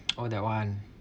oh that one